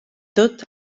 tot